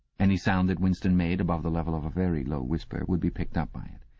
any sound that winston made, above the level of a very low whisper, would be picked up by it,